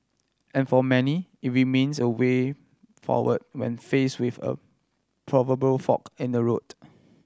and for many it remains a way forward when face with a proverbial fork in the road